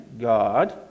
God